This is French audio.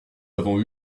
avons